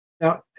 Now